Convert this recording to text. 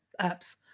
apps